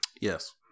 yes